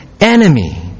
enemy